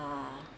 ah